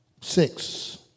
six